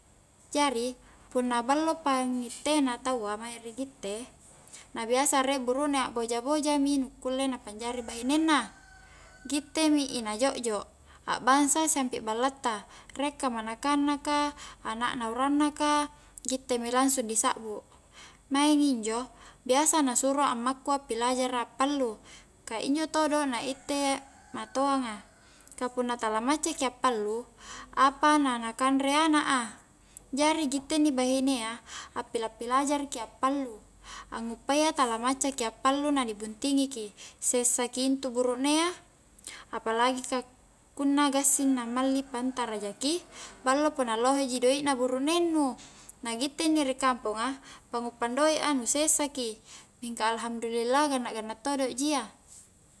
Jari punna ballo pangitte na taua mae ri kitte na biasa rie burukne akboja-boja mi nu kulle na panjari bahinenna gitte mi i na jo'jo, a'bangsa siampi balla ta rie kamanakang na ka, anak na urang na ka, gitte mi langsung disakbu maeng injo biasa na suro a ammaku appiajara appallu ka injo todo na itte matoanga ka punna tala macca ki a'pallu apa na-na kanre anak a jari gitte inni bahinea a pila-pilajara' ki a'pallu anguppayya tala macca ki a'pallu nani buntingi ki, sessaki intu buruknea, apalagi ka kunna gassing na malli pantara jaki ballo punna lohe ji doekna burukneng nu na gitte inni ri kamponga pa nguppang doek a nu sessa ki mingka alhamdulillah ganna-ganna todo ji iya